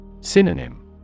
Synonym